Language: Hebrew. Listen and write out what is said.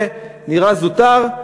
זה נראה נושא זוטר,